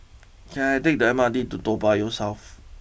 can I take the M R T to Toa Payoh South